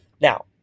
Now